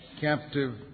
captive